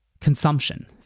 consumption